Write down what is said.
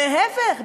להפך,